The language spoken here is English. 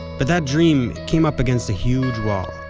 but that dream came up against a huge wall.